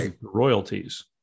royalties